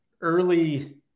early